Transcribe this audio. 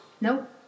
Nope